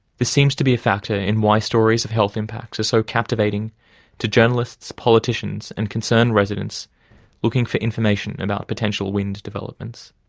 this seems to be a factor in why stories of health impacts are so captivating to journalists, politicians and concerned residents looking for information about potential wind developments.